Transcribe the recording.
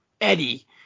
eddie